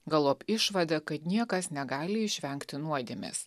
galop išvada kad niekas negali išvengti nuodėmės